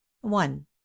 one